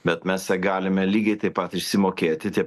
bet mes ją galime lygiai taip pat išsimokėti tie